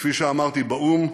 וכפי שאמרתי באו"ם,